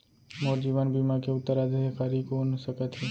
मोर जीवन बीमा के उत्तराधिकारी कोन सकत हे?